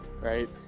right